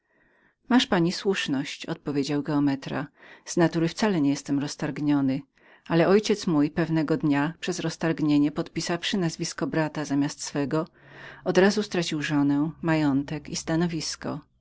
własnego nazwiska bynajmniej odpowiedział geometra z natury mojej wcale nie jestem roztargnionym ale ojciec mój pewnego dnia przez roztargnienie podpisawszy nazwisko brata zamiast swego odrazu stracił żonę majątek